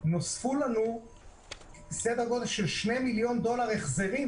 שנמצא על שולחנו של שר הבריאות,